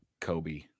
Kobe